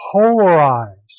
polarized